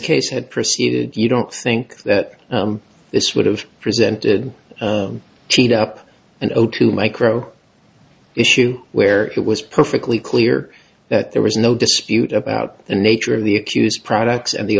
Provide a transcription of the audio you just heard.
case had proceeded you don't think that this would have presented a cheat up and zero to micro issue where it was perfectly clear that there was no dispute about the nature of the accused products and the